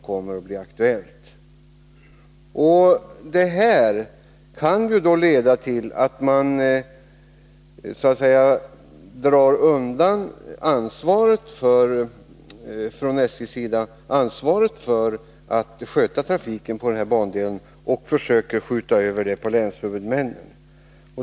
Detta kan leda till att SJ försöker undandra sig ansvaret för att sköta trafiken på den här bandelen och i stället skjuta över det på länshuvudmännen.